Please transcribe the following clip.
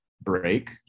break